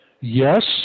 yes